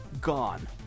gone